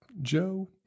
Joe